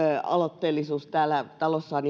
aloitteellisuus täällä talossa on